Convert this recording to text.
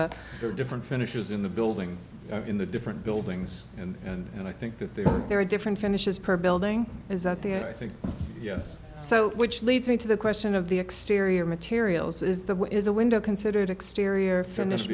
a different finishes in the building in the different buildings and i think that there are different finishes per building is that the i think yes so which leads me to the question of the exterior materials is the is a window considered exterior finish